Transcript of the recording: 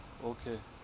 okay